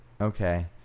Okay